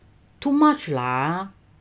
too much lah